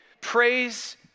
Praise